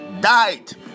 died